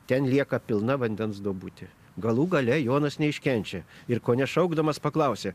ten lieka pilna vandens duobutė galų gale jonas neiškenčia ir kone šaukdamas paklausė